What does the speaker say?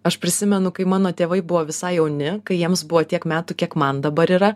aš prisimenu kai mano tėvai buvo visai jauni kai jiems buvo tiek metų kiek man dabar yra